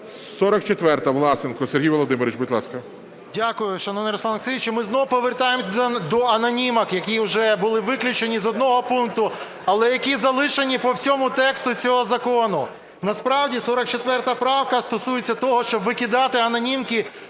44-а, Власенко. Сергій Володимирович, будь ласка. 11:44:28 ВЛАСЕНКО С.В. Дякую, шановний Руслане Олексійовичу. Ми знову повертаємося до анонімок, які вже були виключені з одного пункту, але які залишені по всьому тексту цього закону. Насправді 44 правка стосується того, щоб викидати анонімки